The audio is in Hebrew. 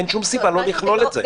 אין שום סיבה לא לכלול את זה.